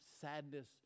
sadness